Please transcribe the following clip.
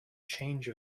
change